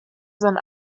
sein